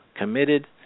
committed